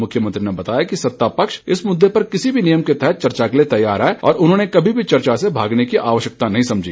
मुख्यमंत्री ने बताया कि सत्ता पक्ष इस मुद्दे पर किसी भी नियम के तहत चर्चा के लिए तैयार है और उन्होंने कभी भी चर्चा से भागने की आवश्यकता नहीं समझी